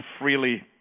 freely